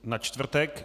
Na čtvrtek.